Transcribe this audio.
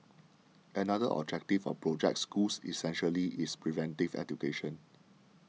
another objective of Project Schools essentially is preventive education